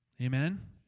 Amen